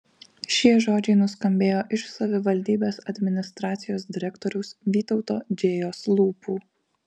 šie žodžiai nuskambėjo iš savivaldybės administracijos direktoriaus vytauto džėjos lūpų